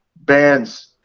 bands